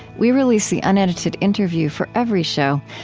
we release the unedited interview for every show.